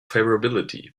favorability